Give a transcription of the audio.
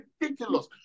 ridiculous